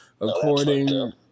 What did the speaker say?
according